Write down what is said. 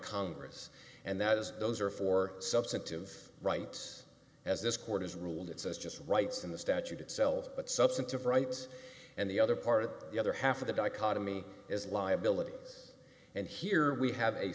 congress and that is those are for substantive rights as this court has ruled it says just rights in the statute itself but substantive rights and the other part of the other half of the dichotomy is liability and here we have a